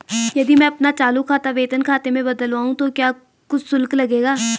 यदि मैं अपना चालू खाता वेतन खाते में बदलवाऊँ तो क्या कुछ शुल्क लगेगा?